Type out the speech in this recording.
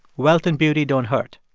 wealth and beauty don't hurt.